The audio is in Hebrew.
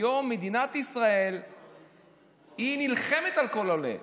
היום מדינת ישראל נלחמת על כל עולה.